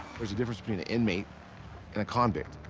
a difference between an inmate and a convict.